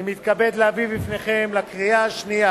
אני מתכבד להביא בפניכם לקריאה שנייה